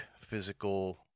physical